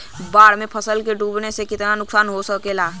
बाढ़ मे फसल के डुबले से कितना नुकसान हो सकेला?